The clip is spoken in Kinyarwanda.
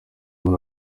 muri